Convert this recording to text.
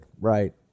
Right